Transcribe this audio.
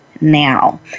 now